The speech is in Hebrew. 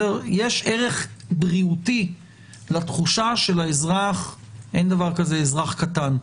יש ערך בריאותי לתחושה של האזרח אין דבר כזה אזרח קטן,